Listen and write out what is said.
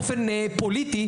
באופן פוליטי,